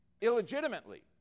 illegitimately